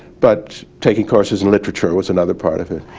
but taking courses in literature was another part of it.